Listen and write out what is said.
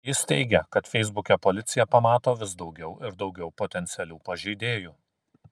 jis teigia kad feisbuke policija pamato vis daugiau ir daugiau potencialių pažeidėjų